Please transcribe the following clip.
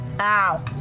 Ow